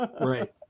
Right